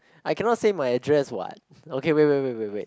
I cannot say my address what okay wait wait wait wait wait